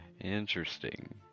Interesting